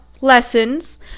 lessons